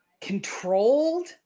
controlled